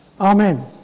Amen